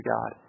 God